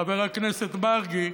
חבר הכנסת מרגי,